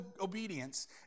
obedience